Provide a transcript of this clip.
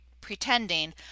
pretending